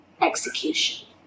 execution